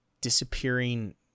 disappearing